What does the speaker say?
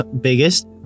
Biggest